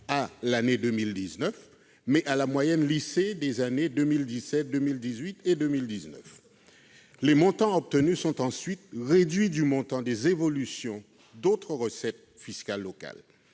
à l'année 2019, mais à la moyenne lissée des années 2017, 2018 et 2019. Les montants obtenus sont ensuite réduits du montant des évolutions d'autres recettes fiscales locales.